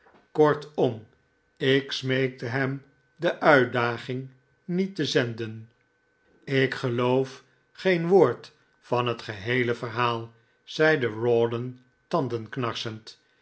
kortom ik smeekte hem de uitdaging niet te zenden ik geloof geen woord van het geheele verhaal zeide rawdon tandenknarsend